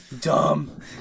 Dumb